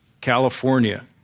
California